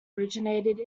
originated